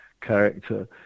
character